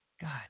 god